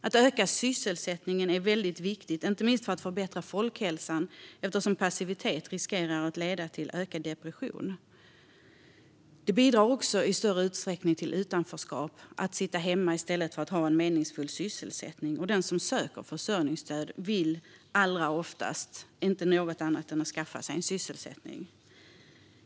Att öka sysselsättningen är viktigt inte minst för att förbättra folkhälsan, eftersom passivitet riskerar att leda till ökad depression, men också för att det i stor utsträckning bidrar till ökat utanförskap att sitta hemma i stället för att ha en meningsfull sysselsättning. Den som söker försörjningsstöd vill oftast inget hellre än att skaffa sig en sysselsättning.